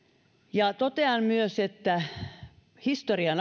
totean myös että historian